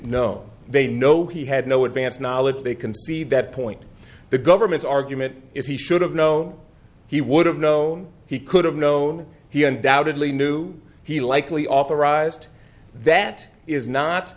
know they know he had no advance knowledge they concede that point the government's argument is he should have know he would have known he could have known he undoubtedly knew he likely authorized that is not